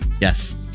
Yes